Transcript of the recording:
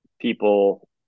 people